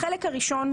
החלק הראשון,